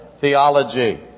theology